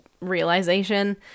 realization